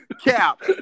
Cap